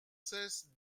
cesse